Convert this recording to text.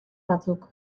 batzuk